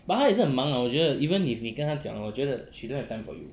but 她也是很忙 ah 我觉得 even if 你跟他讲 hor she don't have time for you